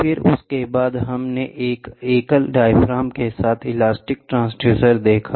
फिर उसके बाद हमने एक एकल डायाफ्राम के साथ इलास्टिक ट्रांसड्यूसर देखा